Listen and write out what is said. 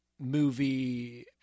movie